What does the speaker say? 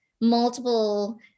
multiple